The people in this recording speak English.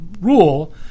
rule